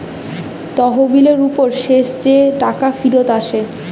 তহবিলের উপর শেষ যে টাকা ফিরত আসে